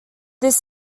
this